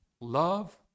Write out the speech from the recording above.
love